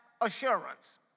assurance